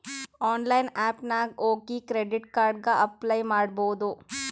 online app ನಾಗ್ ಹೋಗಿ credit card ಗ ಅಪ್ಲೈ ಮಾಡ್ಬೋದು